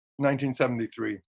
1973